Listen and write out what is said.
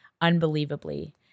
unbelievably